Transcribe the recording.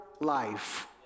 Life